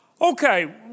Okay